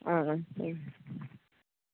आं